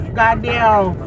goddamn